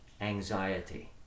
anxiety